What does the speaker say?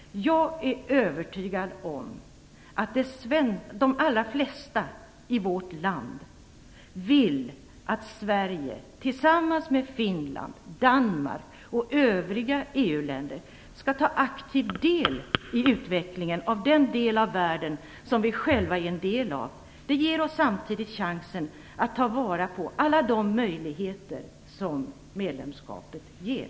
Jag är övertygad om att de allra flesta i vårt land vill att Sverige tillsammans med Finland, Danmark och övriga EU-länder skall ta aktiv del i utvecklingen av den del av världen som vi själva är en del av. Det ger oss samtidigt chansen att ta vara på alla de möjligheter som medlemskapet ger.